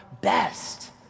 best